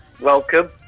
Welcome